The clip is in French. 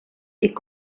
est